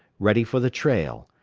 ready for the trail.